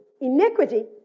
Iniquity